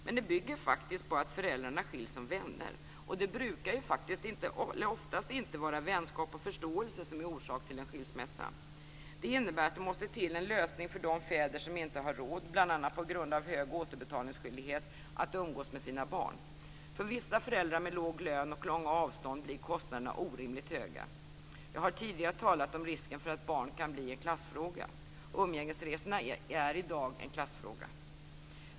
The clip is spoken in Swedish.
Men det bygger faktiskt på att föräldrarna skiljs som vänner, och det brukar ju oftast inte vara vänskap och förståelse som är orsak till en skilsmässa. Det innebär att det måste till en lösning för de fäder som inte har råd, bl.a. på grund av hög återbetalningsskyldighet, att umgås med sina barn. För vissa föräldrar med låg lön och långa avstånd blir kostnaderna orimligt höga. Jag har tidigare talat om risken för att barn kan bli en klassfråga. Umgängesresorna är i dag en klassfråga.